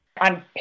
On